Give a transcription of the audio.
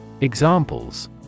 Examples